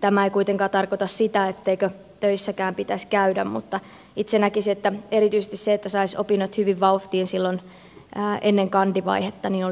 tämä ei kuitenkaan tarkoita sitä etteikö töissäkään pitäisi käydä mutta itse näkisin että erityisesti se että saisi opinnot hyvin vauhtiin silloin ennen kandivaihetta olisi erityisen tärkeää ja kannatettavaa